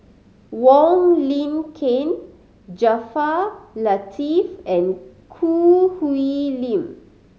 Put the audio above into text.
Wong Lin Ken Jaafar Latiff and Choo Hwee Lim